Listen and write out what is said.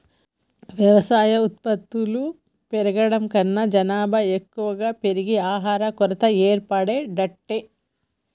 వ్యవసాయ ఉత్పత్తులు పెరుగుడు కన్నా జనాభా ఎక్కువ పెరిగి ఆహారం కొరత ఏర్పడబట్టే